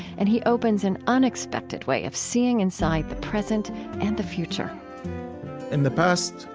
and he opens an unexpected way of seeing inside the present and the future in the past,